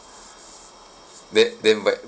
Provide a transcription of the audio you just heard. that damn bite